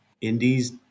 indies